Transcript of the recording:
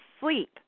sleep